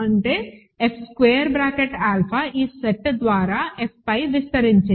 అంటే F square bracket alpha ఈ set ద్వారా Fపై విస్తరించింది